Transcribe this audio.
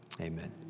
amen